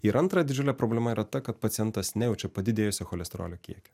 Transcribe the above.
ir antra didžiulė problema yra ta kad pacientas nejaučia padidėjusio cholesterolio kiekio